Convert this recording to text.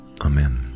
Amen